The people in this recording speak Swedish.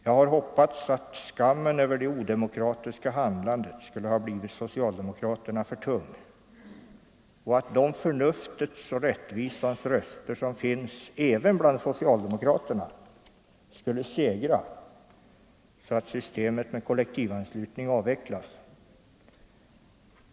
Jag har hoppats att skammen över det odemokratiska handlandet skulle ha blivit socialdemokraterna för tung och att de förnuftets och rättvisans röster som finns även bland socialdemokraterna skulle segra så att systemet med kollektivanslutning avvecklas.